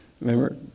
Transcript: Remember